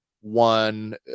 one